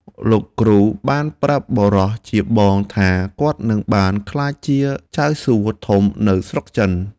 លោកគ្រូបានប្រាប់បុរសជាបងថាគាត់នឹងបានក្លាយជាចៅសួធំនៅស្រុកចិន។